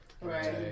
Right